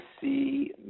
see